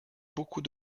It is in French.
beaucoup